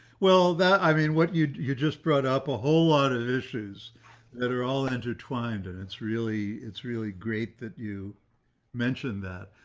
well, that i mean, what you you just brought up a whole lot of issues that are all intertwined. and it's really, it's really great that you mentioned that.